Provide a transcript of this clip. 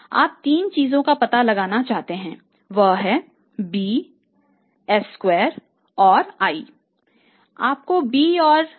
आप 3 चीज़ों का पता लगाना चाहते हैं वह है b s स्क्वायर और i आप को b और i दिया जाता है